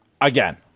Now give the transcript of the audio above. again